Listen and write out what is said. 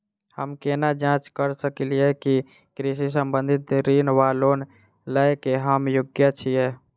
हम केना जाँच करऽ सकलिये की कृषि संबंधी ऋण वा लोन लय केँ हम योग्य छीयै?